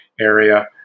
area